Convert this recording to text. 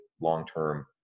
long-term